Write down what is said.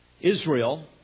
Israel